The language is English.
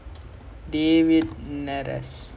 orh then also there's still got the Pro Mass